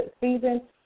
season